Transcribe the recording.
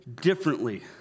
differently